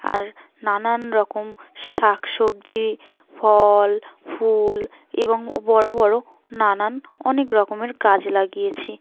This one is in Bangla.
আর নানান রকম শাকসবজি ফল ফুল এবং বড়ো বড়ো নানান অনেক রকমের গাছ লাগিয়েছি